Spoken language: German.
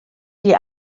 die